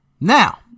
Now